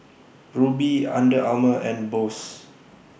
Rubi Under Armour and Bose